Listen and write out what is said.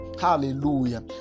Hallelujah